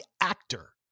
actor